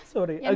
Sorry